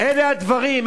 אלה הדברים,